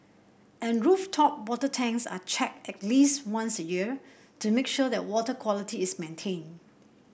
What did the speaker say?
and rooftop water tanks are checked at least once a year to make sure that water quality is maintained